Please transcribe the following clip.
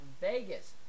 Vegas